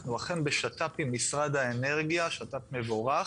אנחנו אכן בשת"פ עם משרד האנרגיה, שת"פ מבורך.